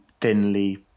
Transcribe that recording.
thinly